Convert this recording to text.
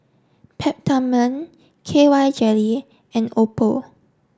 Peptamen K Y Jelly and Oppo